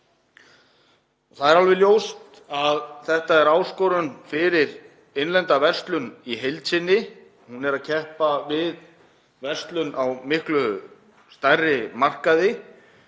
Það er alveg ljóst að þetta er áskorun fyrir innlenda verslun í heild sinni, hún er að keppa við verslun á miklu stærri markaði.